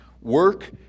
work